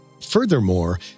Furthermore